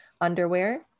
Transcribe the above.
underwear